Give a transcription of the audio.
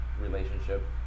relationship